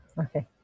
okay